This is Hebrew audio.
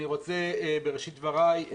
אני רוצה בראשית דבריי,